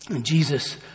Jesus